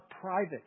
private